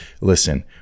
listen